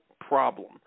problem